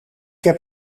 heb